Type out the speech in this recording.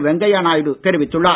வெங்கையா நாயுடு தெரிவித்துள்ளார்